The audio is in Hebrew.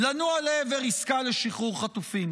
לנוע לעבר עסקה לשחרור חטופים?